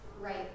right